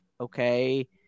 okay